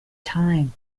time